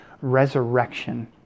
resurrection